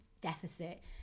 deficit